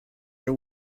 your